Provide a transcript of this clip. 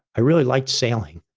i really liked sailing,